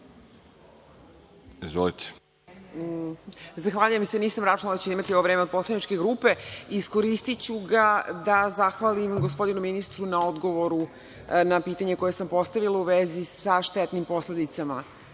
Zahvaljujem se. Nisam računala da ću imati ovo vreme od poslaničke grupe. Iskoristiću ga da zahvalim gospodinu ministru na odgovoru, na pitanje koje sam postavila u vezi sa štetnim posledicama